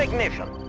like mission